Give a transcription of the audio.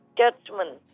judgment